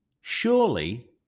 surely